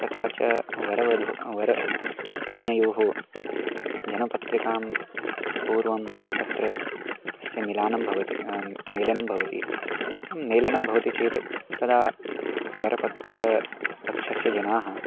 तथा च वरवधुः वरकन्यायाः जनपत्रिकां पूर्वं तत्र तस्य मेलनं भवति मेलनं भवति मेलनं भवति चेत् तदा वरपक्षः पक्षस्य जनाः